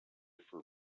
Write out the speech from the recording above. for